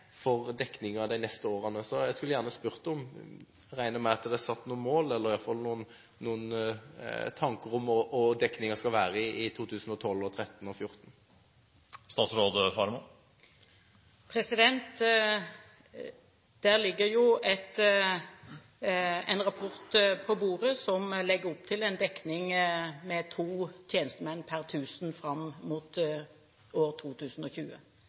for dekningen de neste årene. Jeg vil gjerne spørre om – for jeg regner med at det er satt noen mål, eller at det i hvert fall er gjort noen tanker om – hva dekningen skal være i 2012, 2013 og 2014. Det ligger en rapport på bordet som legger opp til en dekning med to tjenestemenn per 1 000 innbyggere fram mot 2020.